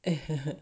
eh